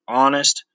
honest